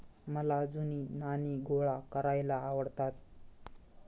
मला जुनी नाणी गोळा करायला आवडतात